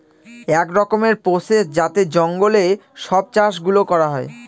এক রকমের প্রসেস যাতে জঙ্গলে সব চাষ গুলো করা হয়